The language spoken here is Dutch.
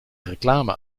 reclame